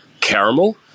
caramel